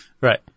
Right